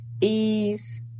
ease